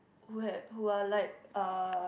who had who are like uh